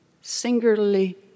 singularly